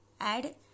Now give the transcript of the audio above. Add